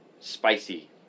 spicy